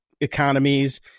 economies